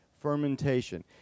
fermentation